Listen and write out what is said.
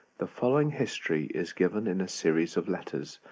the following history is given in a series of letters,